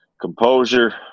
composure